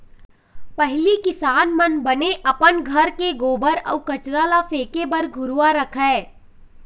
पहिली किसान मन बने अपन घर के गोबर अउ कचरा ल फेके बर घुरूवा रखय